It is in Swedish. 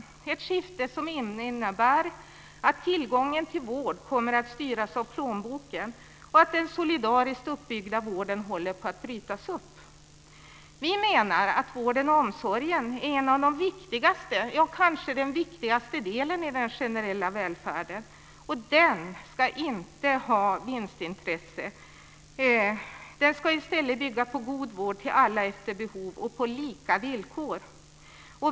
Det är ett skifte som innebär att tillgången till vård kommer att styras av plånboken och att den solidariskt uppbyggda vården håller på att brytas upp. Vi menar att vården och omsorgen är en av de viktigaste - ja, kanske den viktigaste - delen i den generella välfärden. Den ska inte ha vinstintresse. Den ska i stället bygga på god vård till alla efter behov och på lika villkor.